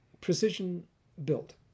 precision-built